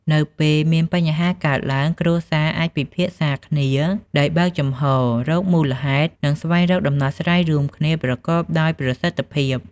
នៅពេលមានបញ្ហាកើតឡើង គ្រួសារអាចពិភាក្សាគ្នាដោយបើកចំហរ រកមូលហេតុ និងស្វែងរកដំណោះស្រាយរួមគ្នាប្រកបដោយប្រសិទ្ធភាព។